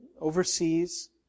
overseas